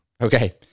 Okay